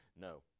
no